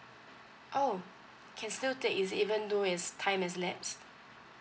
oh can still take is it even though his time is lapsed